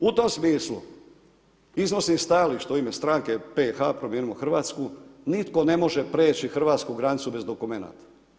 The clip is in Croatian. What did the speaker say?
U tom smislu, iznosi i stajalište u ime stranke PH, Promijenimo Hrvatsku, nitko ne može preći Hrvatsku granicu bez dokumenata.